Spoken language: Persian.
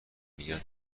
میگن